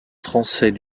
français